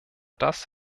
das